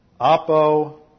apo